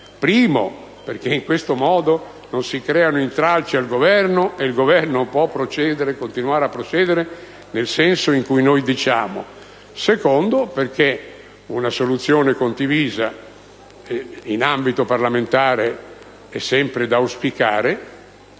luogo perché in questo modo non si creano intralci al Governo, che può continuare a procedere nel senso che noi indichiamo; in secondo luogo perché una soluzione condivisa in ambito parlamentare è sempre da auspicare